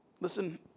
Listen